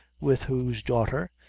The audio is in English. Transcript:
with whose daughter,